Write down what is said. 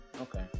okay